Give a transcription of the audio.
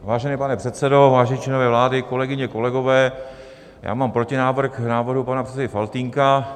Vážený pane předsedo, vážení členové vlády, kolegyně, kolegové, já mám protinávrh k návrhu pana předsedy Faltýnka.